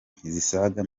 zisaga